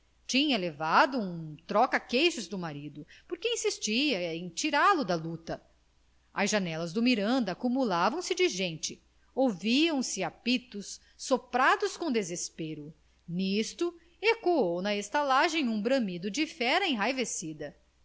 tinha levado um troca queixos do marido porque insistia em tirá-lo da luta as janelas do miranda acumulavam se de gente ouviam-se apitos soprados com desespero nisto ecoou na estalagem um bramido de fera enraivecida